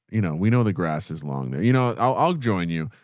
you know, we know the grass is long there. you know, i'll, i'll join you.